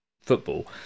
football